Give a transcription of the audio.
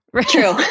True